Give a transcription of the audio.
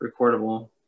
recordable